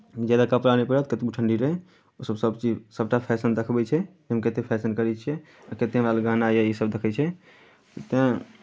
ज्यादा कपड़ा नहि पहिरत कतबहु ठण्ढी रहय ओसभ सभ चीज सभटा फैशन देखबै छै हम कतेक फैशन करैत छियै आ कतेक हमरा लग गहना यए इसभ देखैत छै तैँ